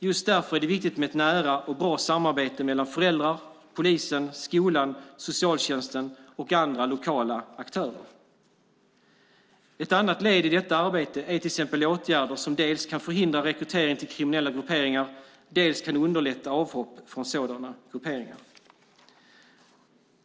Just därför är det viktigt med ett nära och bra samarbete mellan föräldrar, polisen, skolan, socialtjänsten och andra lokala aktörer. Ett annat led i detta arbete är till exempel åtgärder som dels kan förhindra rekrytering till kriminella grupperingar, dels kan underlätta avhopp från sådana grupperingar.